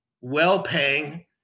well-paying